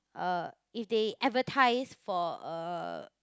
uh if they advertise for uh